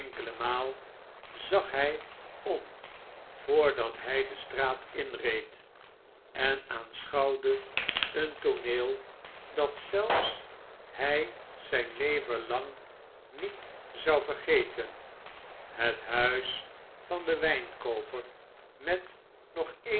zag hij om voordat hij de straat mreed en aanschouwde een tooneel dat zelfs hij zijn leven lang met zou verse ten het huis van den wijnkooper met nog